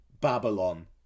Babylon